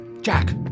Jack